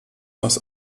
was